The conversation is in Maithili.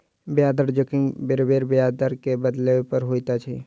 ब्याज दर जोखिम बेरबेर ब्याज दर के बदलै पर होइत अछि